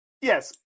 yes